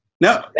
No